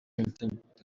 entertainement